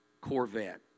Corvette